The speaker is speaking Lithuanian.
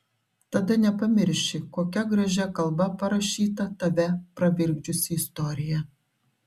tada nepamirši kokia gražia kalba parašyta tave pravirkdžiusi istorija